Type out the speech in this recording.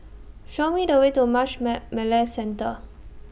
Show Me The Way to Marsh May McLennan Centre